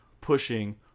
pushing